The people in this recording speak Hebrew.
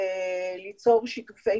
זה דבר שדילגנו עליו.